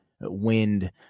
wind